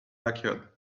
backyard